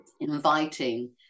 inviting